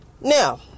Now